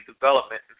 development